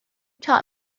taught